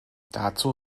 dazu